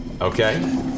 Okay